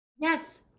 yes